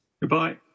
Goodbye